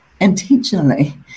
intentionally